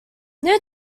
new